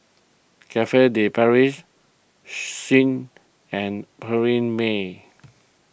Cafe De Paris Schick and Perllini Mel